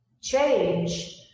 Change